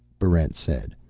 barrent said.